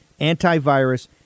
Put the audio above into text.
antivirus